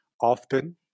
often